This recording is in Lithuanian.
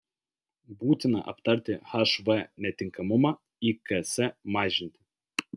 būtina aptarti hv netinkamumą iks mažinti